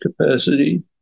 capacity